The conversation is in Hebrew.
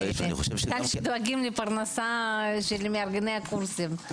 נראה לי שדואגים לפרנסת מארגני הקורסים.